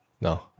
No